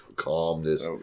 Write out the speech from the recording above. calmness